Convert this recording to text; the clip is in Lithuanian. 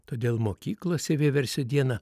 todėl mokyklose vieversio dieną